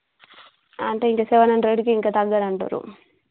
అంటే ఇంక సెవెన్ హండ్రెడ్కి ఇంక తగ్గదంటారు